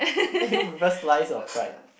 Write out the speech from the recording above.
do you prefer slice or fried